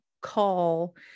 call